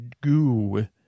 Goo